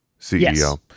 CEO